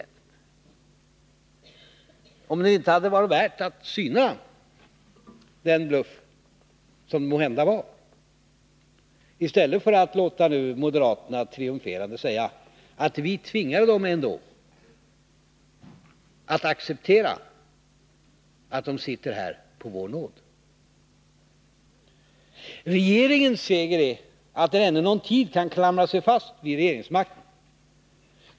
Jag undrar om det inte hade varit värt att syna den bluff som det måhända var, i stället för att nu låta moderaterna triumferade säga: Vi tvingade dem ändå att acceptera att de sitter på vår nåd. Regeringens seger är att den ännu någon tid kan klamra sig fast vid regeringsmakten.